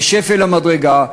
בשפל המדרגה,